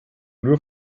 nur